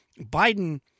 Biden